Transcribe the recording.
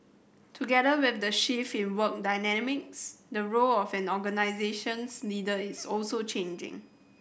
together with the shift in work dynamics the role of an organisation's leader is also changing